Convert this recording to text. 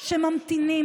שממתינים,